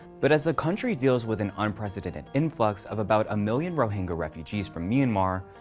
but as the country deals with an unprecedented influx of about a million rohingya refugees from myanmar,